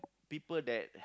people that